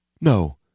No